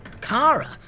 Kara